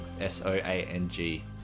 S-O-A-N-G